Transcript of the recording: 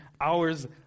hours